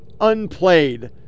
unplayed